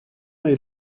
est